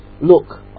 Look